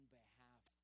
behalf